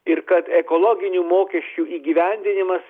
ir kad ekologinių mokesčių įgyvendinimas